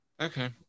Okay